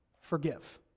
Forgive